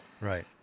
Right